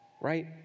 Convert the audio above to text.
right